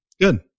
good